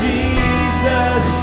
Jesus